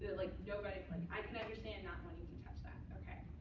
like you know but like i can understand not wanting to touch that. ok.